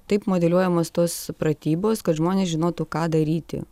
taip modeliuojamos tos pratybos kad žmonės žinotų ką daryti